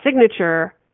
signature